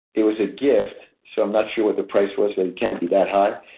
it was a gift so i'm not sure what the price was but it can't be that high.